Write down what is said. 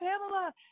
Pamela